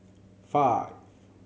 five